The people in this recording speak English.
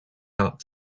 not